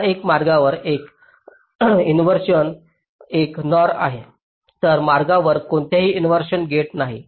आता एका मार्गावर एक इन्व्हरसिओन एक NOR आहे इतर मार्गावर कोणतेही इन्व्हरसिओन गेट नाहीत